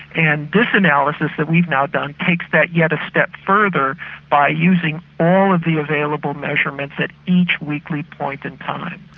and this analysis that we've now done, takes that yet a step further by using all of the available measurements at each weekly point and time.